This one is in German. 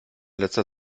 letzter